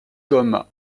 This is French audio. comme